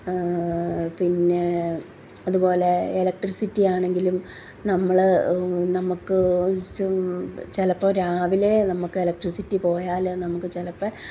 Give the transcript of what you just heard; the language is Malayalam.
പിന്നെ അതുപോലെ എലക്ട്രിസിറ്റി ആണെങ്കിലും നമ്മൾ നമ്മൾക്ക് ചിലപ്പോൾ രാവിലെ നമ്മൾക്ക് എലക്ട്രിസിറ്റി പോയാൽ നമ്മൾക്ക് ചിലപ്പം